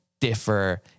differ